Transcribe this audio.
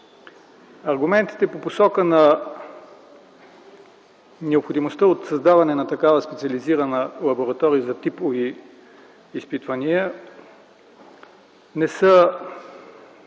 Аргументите по посока на необходимостта от създаване на такава специализирана лаборатория за типови изпитвания не са